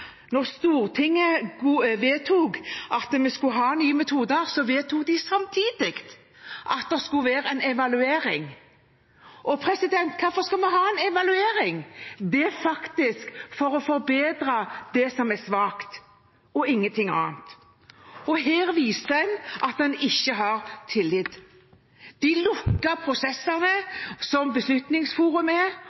skulle være en evaluering. Og hvorfor skal vi ha en evaluering? Det er for å forbedre det som er svakt – ingenting annet. Her viser en at en ikke har tillit. De lukkede prosessene som Beslutningsforum gir, og den manglende viljen til å drøfte i offentligheten evalueringen og det som er